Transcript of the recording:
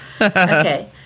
Okay